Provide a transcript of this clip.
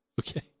Okay